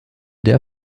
der